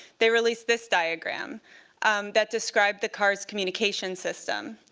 they released this diagram that described the cars' communications system.